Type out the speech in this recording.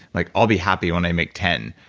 like i'll be happy when i make ten,